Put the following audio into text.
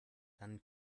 dann